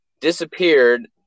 disappeared